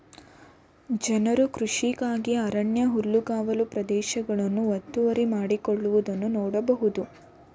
ಜನರು ಕೃಷಿಗಾಗಿ ಅರಣ್ಯ ಹುಲ್ಲುಗಾವಲು ಪ್ರದೇಶಗಳನ್ನು ಒತ್ತುವರಿ ಮಾಡಿಕೊಳ್ಳುವುದನ್ನು ನೋಡ್ಬೋದು